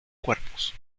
cuerpos